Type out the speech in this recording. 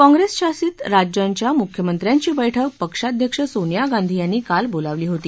काँप्रेसशासित राज्यांच्या मुख्यमंत्र्यांची बैठक पक्षाध्यक्ष सोनिया गांधी यांनी काल बोलावली होती